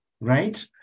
right